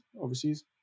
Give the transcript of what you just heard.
overseas